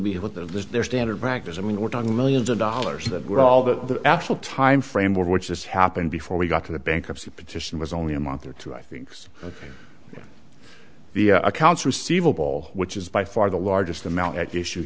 the their standard practice i mean we're talking millions of dollars that were all that the actual time frame which has happened before we got to the bankruptcy petition was only a month or two i thinks the accounts receivable which is by far the largest amount at issue